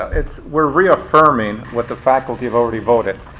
it's we're reaffirming what the faculty have already voted.